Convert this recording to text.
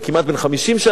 שנה,